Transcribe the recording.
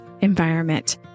environment